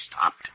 stopped